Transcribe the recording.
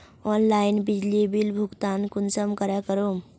Online बिजली bill भुगतान कुंसम करे करूम?